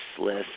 list